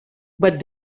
but